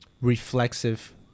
reflexive